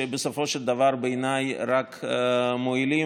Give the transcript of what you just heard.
שבסופו של דבר בעיניי רק מועילות,